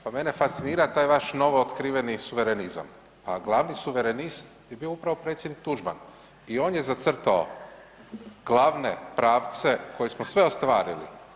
Pa mene fascinira taj vaš novootkriveni suverenizam, a glavni suverenist je bio upravo predsjednik Tuđman i on je zacrtao glavne pravce koje smo sve ostvarili.